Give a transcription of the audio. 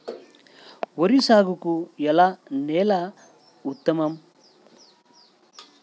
వరి సాగుకు ఏ నేల ఉత్తమం?